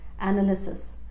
analysis